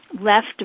left